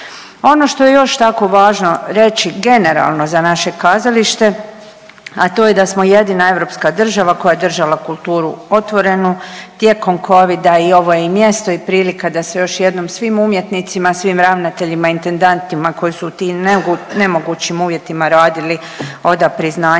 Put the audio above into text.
Ono što je još tako važno reći generalno za naše kazalište, a to je da smo jedina europska država koja je držala kulturu otvoreni tijekom Covida i ovo je mjesto i prilika da se još jednom svim umjetnicima, svim ravnateljima, intendantima koji su u tim nemogućim uvjetima radili oda priznanje